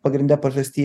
pagrinde pažastyje